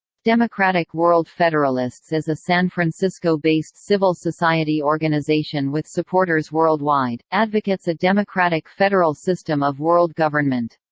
democratic world federalists is a san-francisco-based civil society organization with supporters worldwide, advocates a democratic federal system of world government.